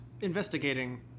investigating